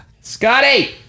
Scotty